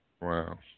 Wow